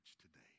today